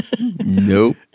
nope